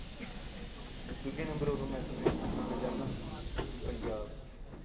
दूए नम्बर उप्पर में तुसें सनाना चाह्ना पंजाब